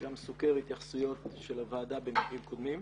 וגם סוקר התייחסויות של הוועדה במקרים קודמים.